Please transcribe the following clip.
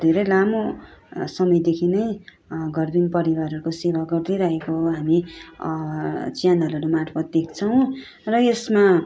धेरै लामो समयदेखि नै घर विहीन परिवारहरूको सेवा गरिदिरहेको हामी च्यानलहरू मार्फत देख्छौँ र यसमा